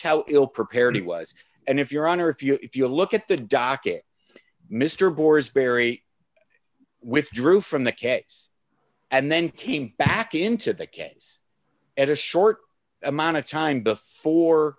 how ill prepared he was and if your honor if you if you look at the docket mr boars very withdrew from the case and then came back into the case at a short amount of time before